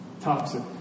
toxic